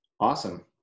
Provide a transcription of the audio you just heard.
Awesome